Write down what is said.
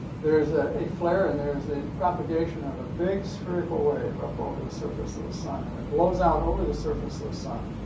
there's, ah, a flare. and there's a propagation of a big spherical wave up over the surface of the sun. and it blows out over the surface of the sun.